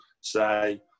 say